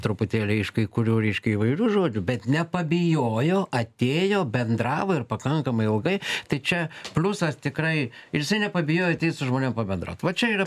truputėlį iš kai kurių reiškia įvairių žodžių bet nepabijojo atėjo bendravo ir pakankamai ilgai tai čia pliusas tikrai ir jisai nepabijojo ateit su žmonėm pabendraut va čia yra